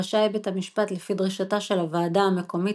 רשאי בית המשפט לפי דרישתה של הוועדה המקומית